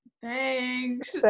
Thanks